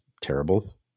terrible